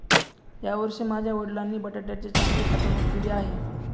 यावर्षी माझ्या वडिलांनी बटाट्याची चांगली साठवणूक केली आहे